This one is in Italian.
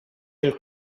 del